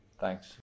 Thanks